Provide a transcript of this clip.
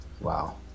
wow